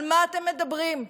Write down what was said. על מה אתם מדברים?